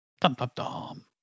Dum-dum-dum